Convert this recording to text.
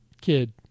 kid